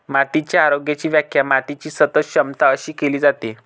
मातीच्या आरोग्याची व्याख्या मातीची सतत क्षमता अशी केली जाते